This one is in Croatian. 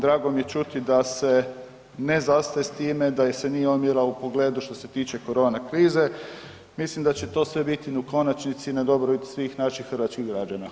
Drago mi je čuti da se ne zastaje s time, da ih se nije ... u pogledu što se tiče korona krize, mislim da će to sve biti u konačnici na dobrobit svih naših hrvatskih građana.